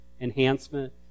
enhancement